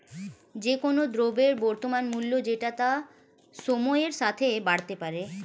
যে কোন দ্রব্যের বর্তমান মূল্য যেটা তা সময়ের সাথে বাড়তে পারে